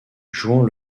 jouant